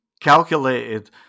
Calculated